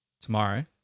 tomorrow